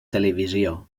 televisió